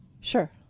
Sure